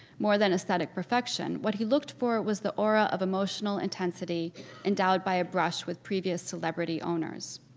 more than aesthetic perfection, what he looked for was the aura of emotional intensity endowed by a brush with previous celebrity owners.